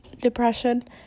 depression